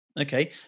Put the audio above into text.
okay